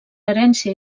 herència